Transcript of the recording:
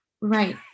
Right